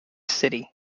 city